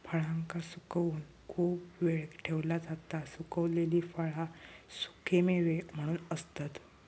फळांका सुकवून खूप वेळ ठेवला जाता सुखवलेली फळा सुखेमेवे म्हणून असतत